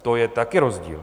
To je taky rozdíl.